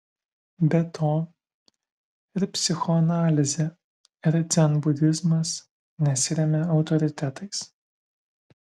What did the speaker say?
be to ir psichoanalizė ir dzenbudizmas nesiremia autoritetais